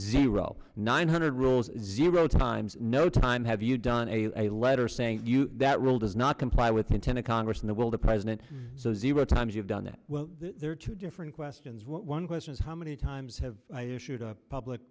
zero nine hundred rules zero times no time have you done a letter saying that rule does not comply with the intent of congress in the world the president says you are times you've done that well there are two different questions one question is how many times have you shoot a public